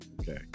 okay